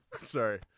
Sorry